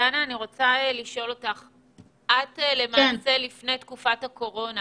דנה, לפני תקופת הקורונה